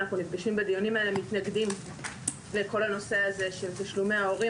אנחנו נפגשים בדיונים האלה - מתנגדים לכל הנושא הזה של תשלומי ההורים,